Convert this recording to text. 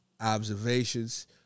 observations